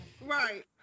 Right